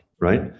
right